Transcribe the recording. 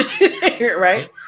Right